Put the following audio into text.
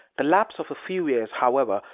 the lapse of a few years, however,